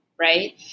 right